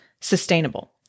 sustainable